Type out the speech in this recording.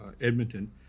Edmonton